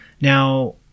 Now